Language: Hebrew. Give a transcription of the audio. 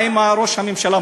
מה עם ראש הממשלה?